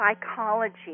psychology